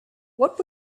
what